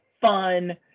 fun